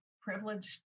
privileged